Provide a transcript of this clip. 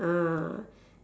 ah